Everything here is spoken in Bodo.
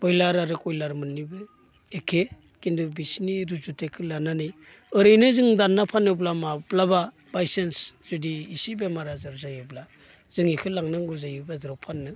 बयलार आरो खयलार मोननैबो एखे खिन्थु बिसोरनि रुजुथिखौ लानानै ओरैनो जों दानना फानोब्ला माब्लाबा बाइसान्स जुदि इसे बेमार आजार जायोब्ला जों बेखौनो लांनांगौ जायो बाजाराव फाननो